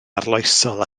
arloesol